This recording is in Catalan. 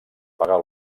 pagar